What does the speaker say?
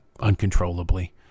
uncontrollably